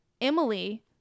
Emily